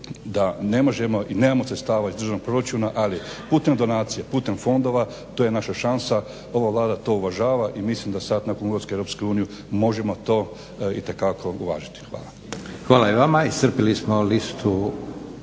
da ne možemo i nemamo sredstava iz državnog proračuna, ali putem donacija, putem fondova to je naša šansa. Ova Vlada to uvažava i mislim da sad nakon ulaska Hrvatske u EU možemo to itekako uvažiti. Hvala.